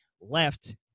left